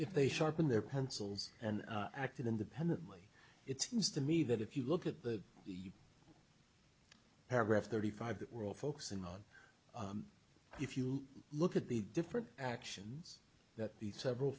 if they sharpen their pencils and acted independently it seems to me that if you look at the paragraph thirty five that we're all focusing on if you look at the different actions that the several